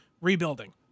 rebuilding